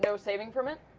so saving from it?